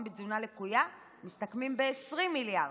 בתזונה לקויה מסתכמים ב-20 מיליארד.